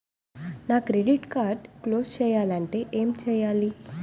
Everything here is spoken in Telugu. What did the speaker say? నా క్రెడిట్ కార్డ్ క్లోజ్ చేయాలంటే ఏంటి చేయాలి?